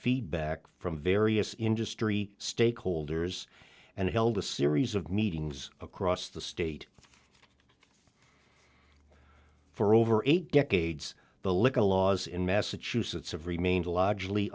feedback from various industry stakeholders and held a series of meetings across the state for over eight decades the liquor laws in massachusetts have remained largely